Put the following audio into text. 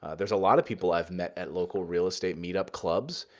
there's a lot of people i've met at local real estate meetup clubs,